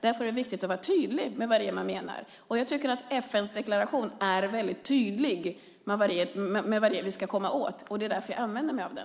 Därför är det viktigt att vara tydlig med vad det är man menar, och jag tycker att FN:s deklaration är väldigt tydlig med vad det är vi ska komma åt. Det är därför jag använder mig av den.